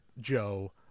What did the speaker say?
Joe